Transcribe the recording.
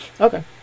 Okay